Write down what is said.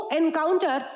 encounter